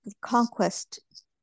conquest